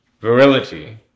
virility